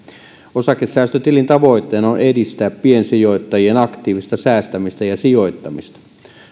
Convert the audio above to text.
osakesäästötilin tavoitteena on edistää piensijoittajien aktiivista säästämistä ja sijoittamista